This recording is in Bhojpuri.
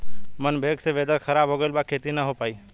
घन मेघ से वेदर ख़राब हो गइल बा खेती न हो पाई